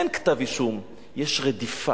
אין כתב-אישום, יש רדיפה,